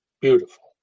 beautiful